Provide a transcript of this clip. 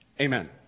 Amen